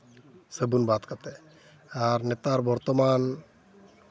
ᱥᱟᱹᱵᱩᱱ ᱵᱟᱫ ᱠᱟᱛᱮᱫ ᱟᱨ ᱱᱮᱛᱟᱨ ᱵᱚᱨᱛᱚᱢᱟᱱ